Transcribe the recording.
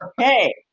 Okay